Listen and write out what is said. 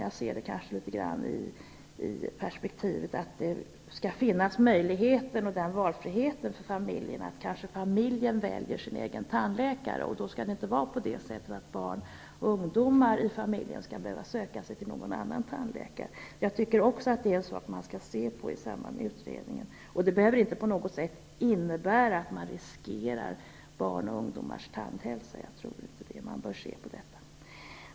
Jag ser detta litet grand i perspektivet av att det skall finnas valfrihet för familjerna att välja sin egen tandläkare. Barn och ungdomar i familjen skall inte behöva söka sig till någon annan tandläkare än den som föräldrarna har valt för sin del. Det är också en sak som jag tycker att man skall se på i samband med utredningen. Det behöver inte på något sätt innebära att man riskerar barns och ungdomars tandhälsa.